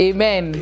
Amen